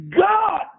God